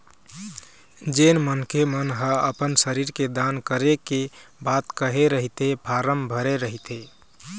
जेन मनखे मन ह अपन शरीर के दान करे के बात कहे रहिथे फारम भरे रहिथे